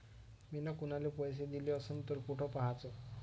मिन कुनाले पैसे दिले असन तर कुठ पाहाचं?